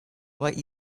what